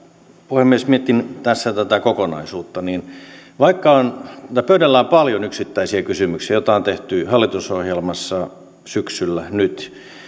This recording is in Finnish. puhemies mietin tässä tätä kokonaisuutta vaikka pöydällä on paljon yksittäisiä kysymyksiä mitä on tehty hallitusohjelmassa syksyllä ja nyt